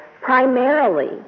primarily